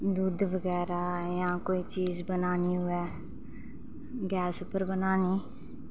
दुद्ध बगैरा जां कोई चीज बनानी होऐ गैस उप्पर बनानी